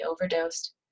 overdosed